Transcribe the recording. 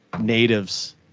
natives